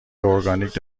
اورگانیک